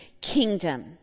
kingdom